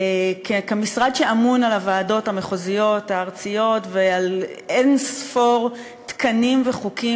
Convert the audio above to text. כמשרד שאמון על הוועדות המחוזיות והארציות ועל אין-ספור תקנים וחוקים,